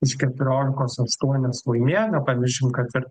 iš keturiolikos aštuonias laimėjo nepamirškim kad ir